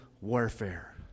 warfare